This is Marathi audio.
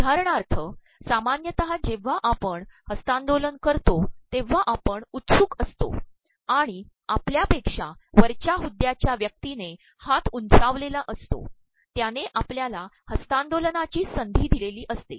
उदाहरणार्य सामान्यत जेव्हा आपण हस्त्तांदोलन करतो तेव्हा आपण उत्सुक असतो आणण आपल्यापेक्ष्या वरच्या हुद्द्याच्या व्यक्तीने हात उं चावलेला असतो त्याने आपल्याला हस्त्तांदोलनाची संधी द्रदलेली असते